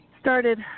started